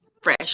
fresh